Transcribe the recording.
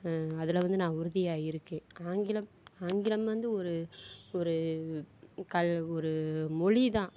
அதில் வந்து நான் உறுதியாக இருக்கேன் ஆங்கிலம் ஆங்கிலம் வந்து ஒரு ஒரு க ஒரு மொழி தான்